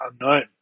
unknown